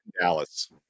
Dallas